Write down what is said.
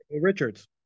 richards